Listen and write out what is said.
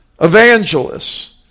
evangelists